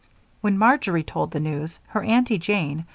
when marjory told the news, her aunty jane,